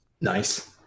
Nice